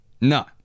No